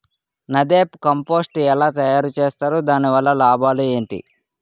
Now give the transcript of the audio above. NADEP compost ఎలా తయారు చేస్తారు? దాని వల్ల లాభాలు ఏంటి?